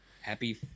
Happy